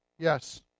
Yes